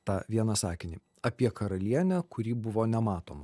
tą vieną sakinį apie karalienę kuri buvo nematoma